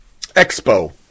Expo